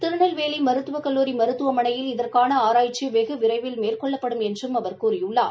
திருநெல்வேலி மருத்துவக் கல்லூரி மருத்துவமனையில் இதற்கான ஆராய்ச்சி வெகு விரைவில் மேற்கொள்ளப்படும் என்றும் அவர் கூறியுள்ளார்